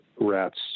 rats